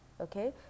okay